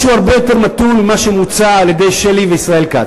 משהו הרבה יותר מתון ממה שמוצע על-ידי שלי וכץ.